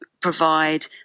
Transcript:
provide